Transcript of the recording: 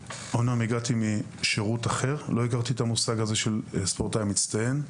הגעתי משירות אחר ולא הכרתי את המושג "ספורטאי מצטיין",